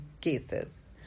cases